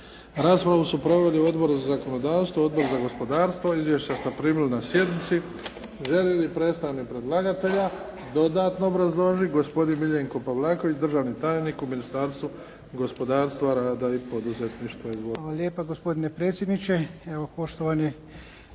Raspravu su proveli Odbor za zakonodavstvo, Odbor za zakonodavstvo. Izvješća ste primili na sjednici. Želi li predstavnik predlagatelja dodatno obrazložiti? Gospodin Miljenko Pavlaković, državni tajnik u Ministarstvu gospodarstva, rada i poduzetništva. Izvolite. **Pavlaković,